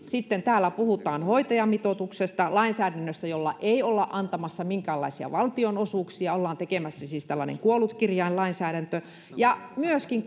täällä puhutaan hoitajamitoituksesta lainsäädännöstä jolla ei olla antamassa minkäänlaisia valtionosuuksia ollaan siis tekemässä tällainen kuollut kirjain lainsäädäntö myöskin